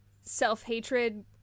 self-hatred